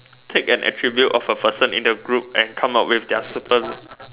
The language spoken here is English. take an attribute of a person in the group and come up with their super